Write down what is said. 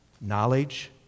Knowledge